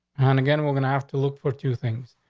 and again, we're gonna have to look for two things.